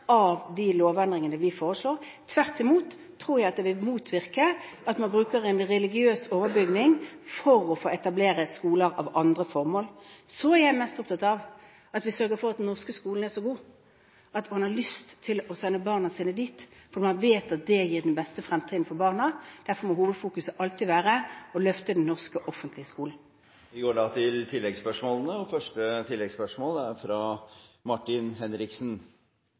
av de lovendringene vi foreslår. Tvert imot tror jeg at det vil motvirke at man bruker en religiøs overbygning for å få etablere skoler av andre formål. Jeg er mest opptatt av at vi sørger for at den norske skolen er så god at man har lyst til å sende barna sine dit fordi man vet at det gir den beste fremtiden for barna. Derfor må hovedfokuset alltid være å løfte den norske offentlige skolen. Vi går da til oppfølgingsspørsmålene – først Martin Henriksen. Dersom målet er